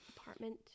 Apartment